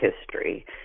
history